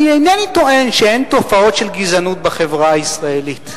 אני אינני טוען שאין תופעות של גזענות בחברה הישראלית,